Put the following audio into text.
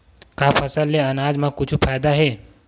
का फसल से आनाज मा कुछु फ़ायदा हे?